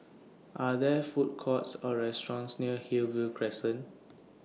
Are There Food Courts Or restaurants near Hillview Crescent